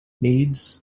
needs